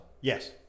yes